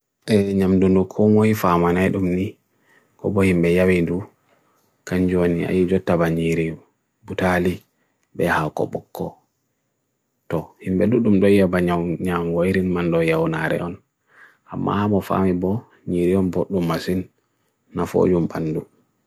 Te nyamdunu kumwai farmanaidumni, kobohimbe yawidu, kanjwani yawidu taba nyiriyu, budhali beha kobokko. To, himbedu dumdoia banyawirin mandoia onareon, hama amofamibo nyiriyon botnumasin na foiyon pandu.